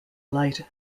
light